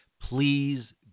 please